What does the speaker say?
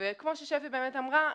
כמו ששפי באמת אמרה,